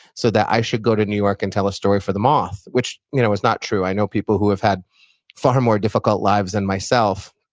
so that i should go to new york and tell a story for the moth, which you know is not true. i know people who have had far more difficult lives than myself,